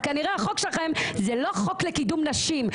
כנראה שהחוק שלכם זה לא חוק לקידום נשים,